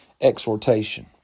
exhortation